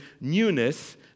newness